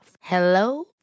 Hello